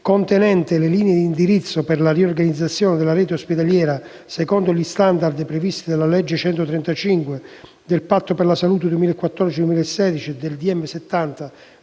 contenente le linee di indirizzo per la riorganizzazione della rete ospedaliera secondo gli *standard* previsti dalla legge n. 135 del 2012, dal patto per la salute 2014-2016 e dal